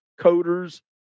coders